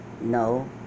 No